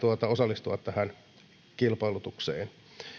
osallistua tähän kilpailutukseen